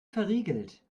verriegelt